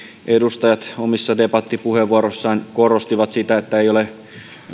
edustajat omissa debattipuheenvuoroissaan korostivat sitä että ei ole